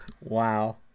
Wow